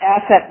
asset